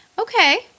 Okay